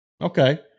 Okay